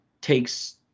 takes –